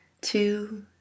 two